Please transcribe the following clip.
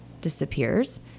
disappears